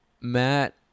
Matt